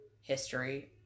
history